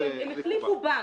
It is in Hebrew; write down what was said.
הם החליפו בנק.